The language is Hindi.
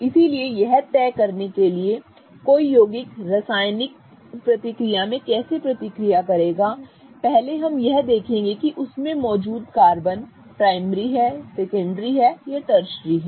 इसलिए यह तय करने के लिए कि कोई यौगिक रासायनिक प्रतिक्रिया में कैसे प्रतिक्रिया करेगा पहले हम यह देखेंगे कि उसमें मौजूद कार्बन प्राइमरी सेकेंडरी या ट्रशरी है